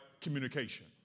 communication